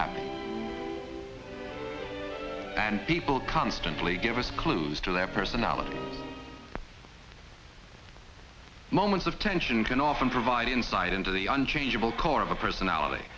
happy and people constantly give us clues to their personality moments of tension can often provide insight into the unchangeable core of a personality